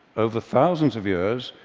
over thousands of years,